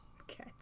okay